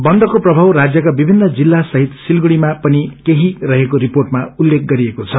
बन्दको प्रमाव राज्यका विभिन्न जिल्ला सहित सिलगडीमा पनि केही रहेको रिर्पोटमा उल्लेख गरिएको छ